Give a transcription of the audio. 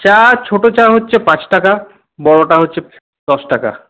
চা ছোট চা হচ্ছে পাঁচ টাকা বড়টা হচ্ছে দশ টাকা